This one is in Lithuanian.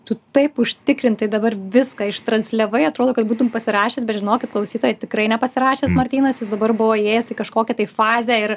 tu taip užtikrintai dabar viską ištransliavai atrodo kad būtum pasirašęs bet žinokit klausytojai tikrai nepasirašęs martynas jis dabar buvo įėjęs į kažkokią tai fazę ir